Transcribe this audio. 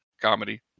comedy